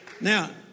Now